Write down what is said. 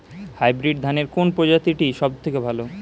Hybrid ধানের কোন প্রজীতিটি সবথেকে ভালো?